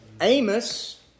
Amos